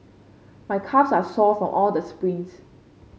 my calves are sore from all the sprints